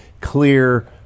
clear